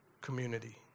community